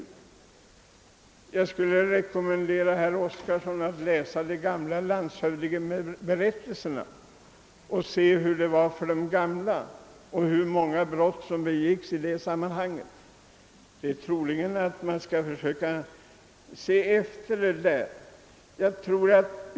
Jag skulle vilja rekommendera herr Oskarson att läsa de gamla landshövdingeberättelserna och undersöka de gamlas förhållanden och se efter hur många brott som begicks på det området.